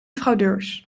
fraudeurs